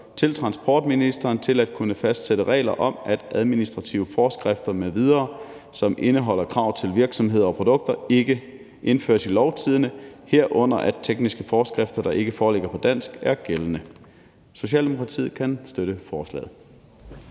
til transportministeren til at kunne fastsætte regler om, at administrative forskrifter m.v., som indeholder krav til virksomheder og produkter, ikke indføres i Lovtidende, herunder at tekniske forskrifter, der ikke foreligger på dansk, er gældende. Socialdemokratiet kan støtte forslaget.